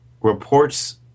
reports